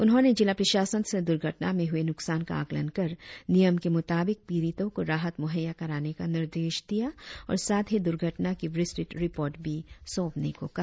उन्होंने जिला प्रशासन से दुर्घटना में हुए नुकसान का आकलन कर नियम के मुताबिक पिड़ितों को राहत मुहैया कराने का निर्देश दिया और साथ ही दुर्घटना की विस्तृत रिपोर्ट भी सौंपने को कहा